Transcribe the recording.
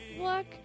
look